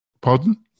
Pardon